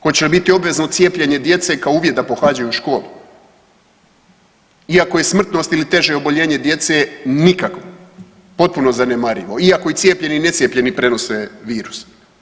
Hoće li biti obvezno cijepljenje djece kao uvjet da pohađaju školu iako je smrtnost ili teže oboljenje djece nikakvo, potpuno zanemarivo, iako i cijepljeni i necijepljeni prenose virus?